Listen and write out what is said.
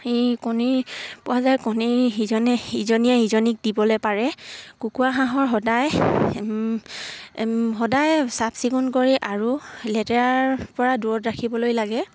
কণী পোৱা যায় কণী ইজনীয়ে সিজনীক দিবলে পাৰে কুকুৰা হাঁহৰ সদায় সদায় চাফ চিকুণ কৰি আৰু লেতেৰাৰ পৰা দূৰত ৰাখিবলৈ লাগে